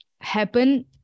happen